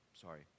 Sorry